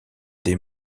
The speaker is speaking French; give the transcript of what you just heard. des